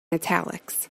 italics